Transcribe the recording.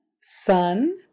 sun